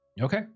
Okay